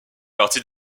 partie